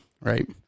Right